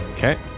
Okay